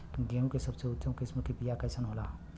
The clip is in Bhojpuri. गेहूँ के सबसे उच्च किस्म के बीया कैसन होला?